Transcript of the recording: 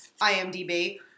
IMDb